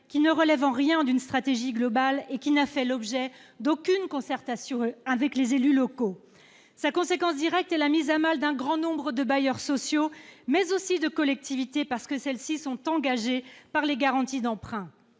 qui ne relève en rien d'une stratégie globale et qui n'a fait l'objet d'aucune concertation avec les élus locaux ! Sa conséquence directe est la mise à mal d'un grand nombre de bailleurs sociaux, mais aussi de collectivités locales, dans la mesure où ces dernières sont engagées par les garanties d'emprunts.